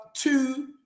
Two